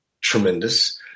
tremendous